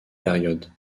période